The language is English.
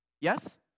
Yes